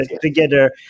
together